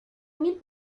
mil